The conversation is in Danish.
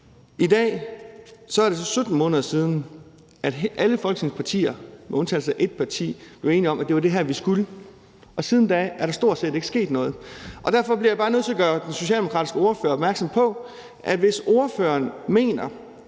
I dag er det 17 måneder siden, at alle Folketingets partier med undtagelse af et parti blev enige om, at det var det her, vi skulle. Siden da er der stort set ikke sket noget. Derfor bliver jeg bare nødt til at gøre den socialdemokratiske ordfører opmærksom på, at hvis ordføreren mener,